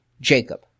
Jacob